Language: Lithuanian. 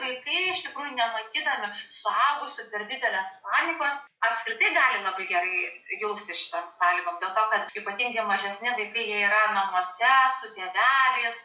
vaikai iš tikrųjų nematydami suaugusių per didelės panikos apskritai gali labai gerai jaustis šitom sąlygom dėl to kad ypatingai mažesni vaikai jie yra namuose su tėveliais